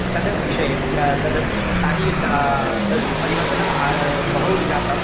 तद् विषये तद् तानि युद्धः तत् परिवर्तनं बहु जातम्